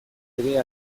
ere